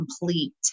complete